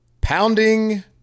pounding